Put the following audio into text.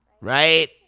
Right